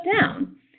down